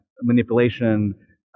manipulation